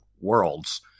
worlds